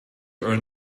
are